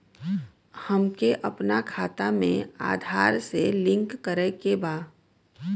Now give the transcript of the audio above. हमके अपना खाता में आधार लिंक करें के बा?